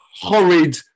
horrid